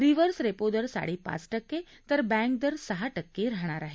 reverse repo दर साडेपाच टक्के तर बँक दर सहा टक्के राहणार आहे